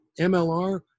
MLR